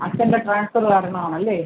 അച്ഛൻ്റെ ട്രാൻസ്ഫറ് കാരണമാണല്ലേ